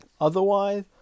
Otherwise